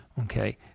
okay